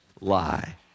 lie